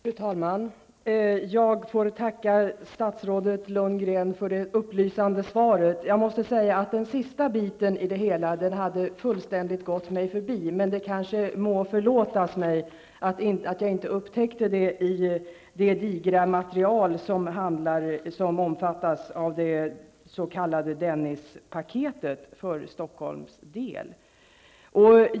Fru talman! Jag tackar statsrådet Lundgren för det upplysande svaret. Jag måste dock säga att den sista biten fullständigt gått mig förbi. Men det må kanske vara mig förlåtet att jag inte upptäckte detta i det digra material som det s.k. Dennispaketet för Stockholms del omfattar.